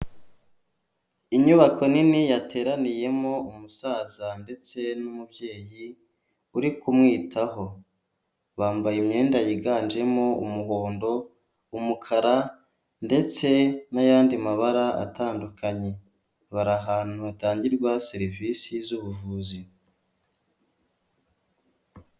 Inyubako nini yateraniyemo umusaza ndetse n'umubyeyi uri kumwitaho, bambaye imyenda yiganjemo umuhondo, umukara ndetse n'ayandi mabara atandukanye, bari ahantu hatangirwa serivisi zbuvuzi.